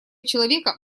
человека